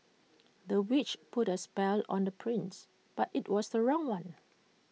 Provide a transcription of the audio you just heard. the witch put A spell on the prince but IT was the wrong one